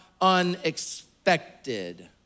unexpected